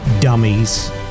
dummies